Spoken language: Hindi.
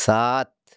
सात